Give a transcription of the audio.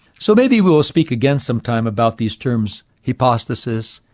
so maybe we will speak again sometime about these terms hypostasis,